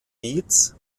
beats